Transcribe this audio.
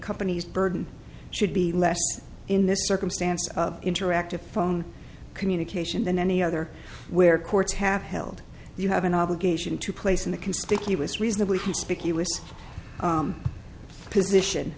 company's burden should be less in this circumstance of interactive phone communication than any other where courts have held you have an obligation to place in the conspicuous reasonably conspicuous position